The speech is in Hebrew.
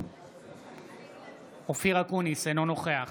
אינו נוכח